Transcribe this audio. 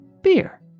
beer